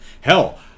Hell